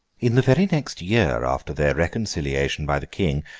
in the very next year after their reconciliation by the king,